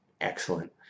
excellent